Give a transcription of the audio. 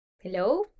Hello